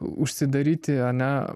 užsidaryti ane